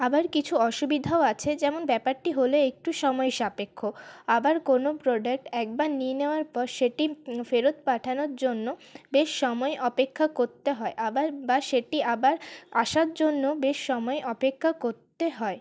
আবার কিছু অসুবিধাও আছে যেমন ব্যাপারটি হল একটু সময় সাপেক্ষ আবার কোন প্রডাক্ট একবার নিয়ে নেওয়ার পর সেটি ফেরত পাঠানোর জন্য বেশ সময় অপেক্ষা করতে হয় আবার বা সেটি আবার আসার জন্য বেশ সময় অপেক্ষা করতে হয়